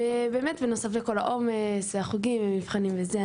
בנוסף לכל העומס והחוגים והמבחנים וכל זה,